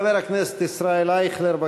חבר הכנסת ישראל אייכלר,